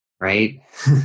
Right